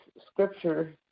scripture